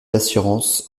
assurances